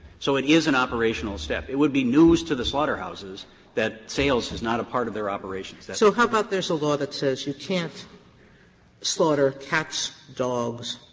so it is an operational step. it would be news to the slaughterhouses that sales is not a part of their operations. that's sotomayor so how about there is a law that says you can't slaughter cats, dogs